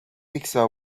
pizza